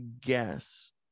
guess